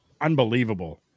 Unbelievable